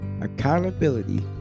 accountability